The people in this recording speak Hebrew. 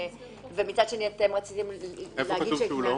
אבל אתם -- איפה כתוב שהוא לא?